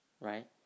right